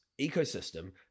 ecosystem